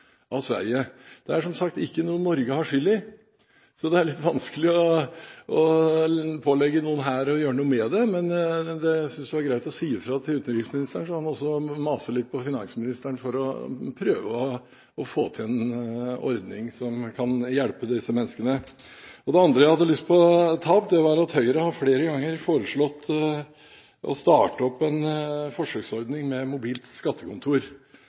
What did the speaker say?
av Sverige. Det er, som sagt, ikke noe Norge har skyld i, så det er vanskelig å pålegge noen her å gjøre noe med det, men jeg synes det er greit å si fra til utenriksministeren, så han også maser litt på finansministeren for å prøve å få til en ordning som kan hjelpe disse menneskene. Det andre jeg har lyst til å ta opp, er at Høyre flere ganger har foreslått å starte opp en forsøksordning med mobilt skattekontor